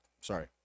Sorry